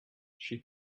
she